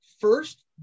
first